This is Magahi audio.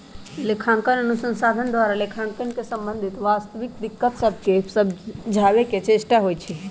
लेखांकन अनुसंधान द्वारा लेखांकन से संबंधित वास्तविक दिक्कत सभके समझाबे के चेष्टा होइ छइ